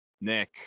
Nick